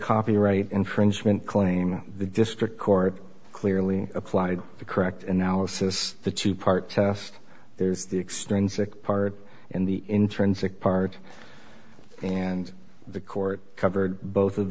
copyright infringement claim the district court clearly applied the correct analysis the two part test there's the extend sic part in the intrinsic part and the court covered both of